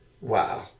Wow